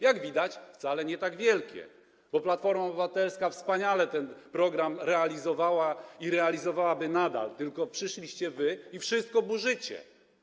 Jak widać, wcale nie tak wielkie, bo Platforma Obywatelska wspaniale ten program realizowała i realizowałaby nadal, tylko przyszliście wy i wszystko burzycie.